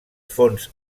fons